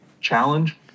challenge